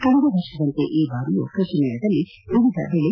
ಕಳೆದ ವರ್ಷದಂತೆ ಈ ಬಾರಿಯು ಕೃಷಿ ಮೇಳದಲ್ಲಿ ವಿವಿಧ ಬೆಳೆ